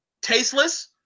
tasteless